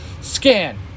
Scan